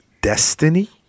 destiny